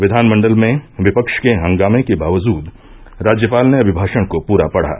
विधानमण्डल में विपक्ष के हंगामे के बावजूद राज्यपाल ने अभिभाशण को पूरा पढ़ा